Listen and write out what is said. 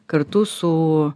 kartu su